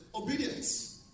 obedience